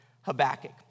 Habakkuk